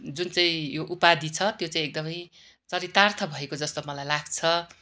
जुन चाहिँ यो उपाधि छ त्यो चाहिँ एकदमै चरितार्थ भएको जस्तो मलाई लाग्छ